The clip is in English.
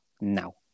now